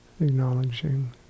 Acknowledging